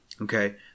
okay